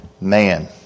man